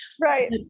Right